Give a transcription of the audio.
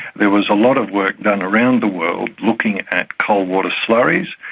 there was a lot of work done around the world looking at coal-water slurries,